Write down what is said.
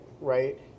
right